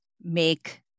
make